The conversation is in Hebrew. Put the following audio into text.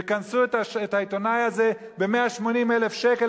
וקנסו את העיתונאי הזה ב-180,000 שקל,